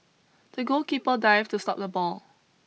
the goalkeeper dived to stop the ball